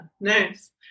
nice